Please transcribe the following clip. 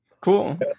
Cool